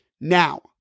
now